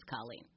Colleen